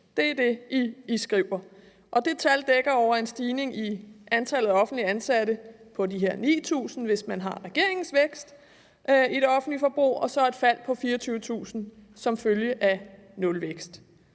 Det er det, man skriver, og det tal dækker over en stigning i antallet af offentligt ansatte på de her 9.000, hvis man har regeringens vækst i det offentlige forbrug, og så et fald på 24.000 som følge af nulvækst.